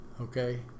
okay